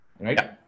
right